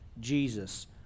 Jesus